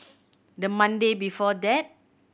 the Monday before that